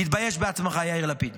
תתבייש בעצמך, יאיר לפיד.